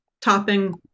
topping